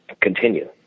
continue